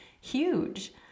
huge